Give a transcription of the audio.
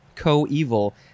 co-evil